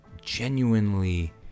genuinely